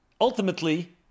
Ultimately